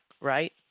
right